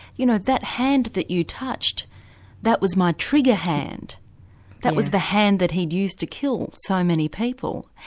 you know that hand that you touched that was my trigger hand that was the hand that he'd used to kill so many people.